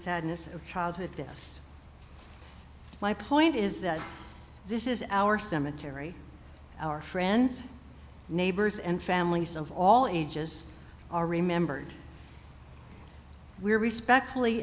sadness of childhood this my point is that this is our cemetery our friends neighbors and family so of all ages are remembered we respect fully